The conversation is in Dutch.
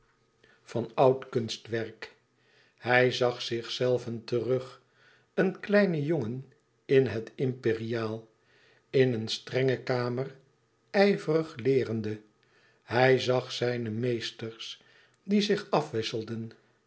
van oud kunstwerk hij zag zichzelven terug een kleine jongen in het imperiaal in een strenge kamer ijverig leerende hij zag zijne meesters die zich afwisselden